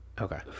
Okay